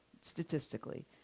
statistically